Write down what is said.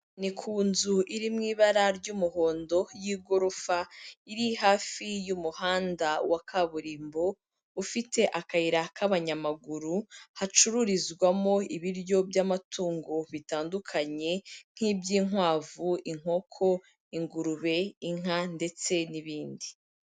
Ni ku nzu iri mu ibara ry'umuhondo y'igorofa iri hafi y'umuhanda wa kaburimbo ufite akayira k'abanyamaguru, hacururizwamo ibiryo by'amatungo bitandukanye nk'iby'inkwavu, inkoko, ingurube, inka ndetse n'ibindi.